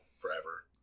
forever